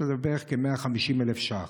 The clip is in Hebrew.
שזה בערך כ-150,000 ש"ח.